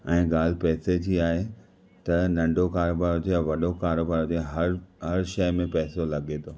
ऐं ॻाल्हि पैसे जी आहे त नन्ढो कारोबारु हुजे या वॾो कारोबार हुजे हर हर शइ में पैसो लॻे थो